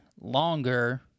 longer